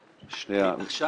עכשיו?